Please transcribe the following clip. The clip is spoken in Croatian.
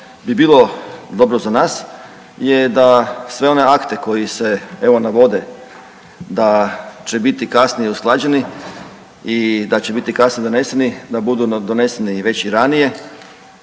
bi bilo dobro za nas je da sve one akte koji se evo navode da će biti kasnije usklađeni i da će biti kasnije doneseni da budu doneseni već i ranije